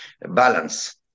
balance